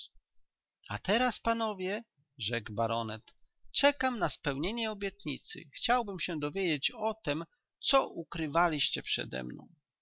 a teraz panowie rzekł baronet czekam na spełnienie obietnicy chciałbym się dowiedzieć o tem co ukrywaliście przedemną